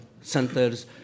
centers